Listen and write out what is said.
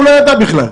הוא לא ידע בכלל.